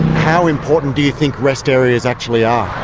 how important do you think rest areas actually are?